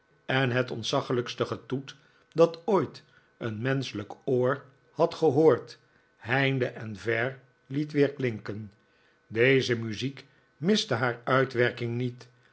en het ontzaglijkste getoet dat ooit een menschelijk oor had gehoord heinde en ver liet weerklinken deze muziek miste haar uitwerking niet